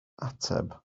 ateb